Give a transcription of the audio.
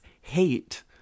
hate